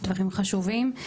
דברים חשובים.